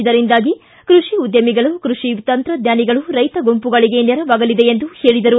ಇದರಿಂದಾಗಿ ಕೃಷಿ ಉದ್ಯಮಿಗಳು ಕೃಷಿ ತಂತ್ರಜ್ಞಾನಿಗಳು ರೈತ ಗುಂಪುಗಳಿಗೆ ನೆರವಾಗಲಿದೆ ಎಂದು ಹೇಳಿದರು